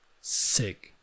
Sick